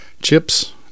chips